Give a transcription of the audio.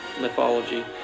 mythology